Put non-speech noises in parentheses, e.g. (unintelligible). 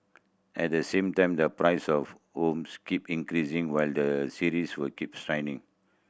at the same time the price of homes keep increasing while their sizes were keep (unintelligible)